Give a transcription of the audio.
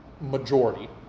majority